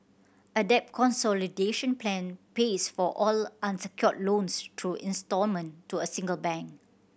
a debt consolidation plan pays for all unsecured loans through instalment to a single bank